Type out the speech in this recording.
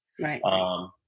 Right